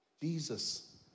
Jesus